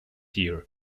year